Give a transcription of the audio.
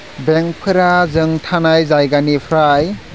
बेंकफोरा जों थानाय जायगानिफ्राय